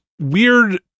weird